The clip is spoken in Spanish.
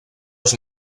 los